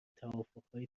توافقهای